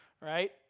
right